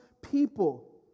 people